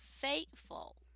faithful